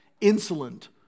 insolent